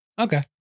Okay